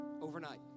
overnight